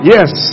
Yes